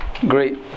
Great